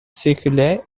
circulaire